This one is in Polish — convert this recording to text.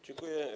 Dziękuję.